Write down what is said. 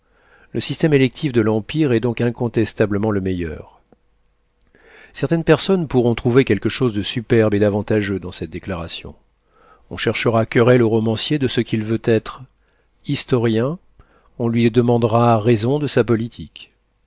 le système électif de l'empire est donc incontestablement le meilleur édition de la bibliothèque charpentier certaines personnes pourront trouver quelque chose de superbe et d'avantageux dans cette déclaration on cherchera querelle au romancier de ce qu'il veut être historien on lui demandera raison de sa politique